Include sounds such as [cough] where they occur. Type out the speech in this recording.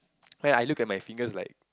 [noise] then I look at my fingers like